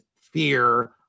fear